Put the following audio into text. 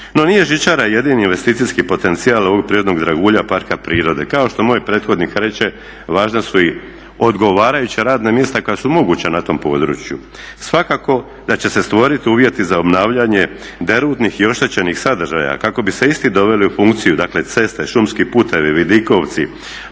No, nije žičara jedini investicijski potencijal ovog prirodnog dragulja parka prirode. Kao što moj prethodnik reče važna su i odgovarajuća radna mjesta koja su moguća na tom području. Svakako da će se stvoriti uvjeti za obnavljanje derutnih i oštećenih sadržaja kako bi se isti doveli u funkciju, dakle ceste, šumski putevi, vidikovci,